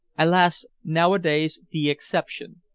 alas! nowadays the exception,